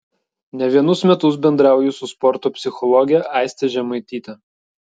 ne vienus metus bendrauju su sporto psichologe aiste žemaityte